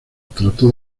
trató